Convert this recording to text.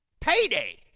Payday